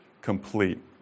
complete